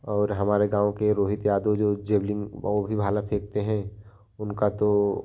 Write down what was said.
और हमारे गाँव के रोहित यादव जो जैवलिन और भी भाला फेंकते हैं उनका तो